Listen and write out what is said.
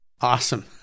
Awesome